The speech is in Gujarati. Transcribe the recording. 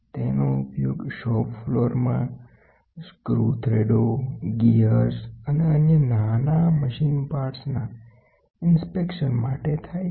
તેનો ઉપયોગ શોપ ફલોર માં સ્ક્રુ થ્રેડો ગિયર્સ અને અન્ય નાના મશીન પાર્ટ્સની તપાસણી માટે થાય છે